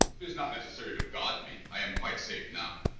it is not necessary to guard me. i am quite safe now.